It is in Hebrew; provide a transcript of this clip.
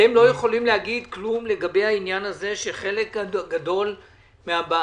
אתם לא יכולים להגיד כלום לגבי העניין הזה שחלק גדול מהבקשות,